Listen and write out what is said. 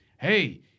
Hey